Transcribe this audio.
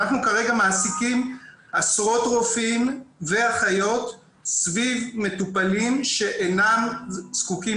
אנחנו כרגע מעסיקים עשרות רופאים ואחיות סביב מטופלים שאינם זקוקים